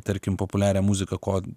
tarkim populiarią muziką ko